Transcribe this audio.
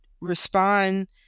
respond